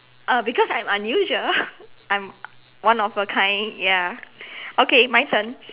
uh because I am unusual I am one of a kind ya okay my turn